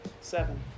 Seven